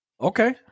Okay